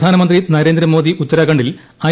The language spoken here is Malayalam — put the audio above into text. പ്രധാനമന്ത്രി നരേന്ദ്രമോദി ഉത്തരാഖണ്ഡിൽ ഐ